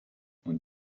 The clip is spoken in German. und